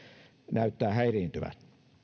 näyttää häiriintyvän